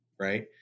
right